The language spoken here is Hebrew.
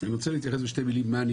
אני רוצה להתייחס בשתי מילים למה שאני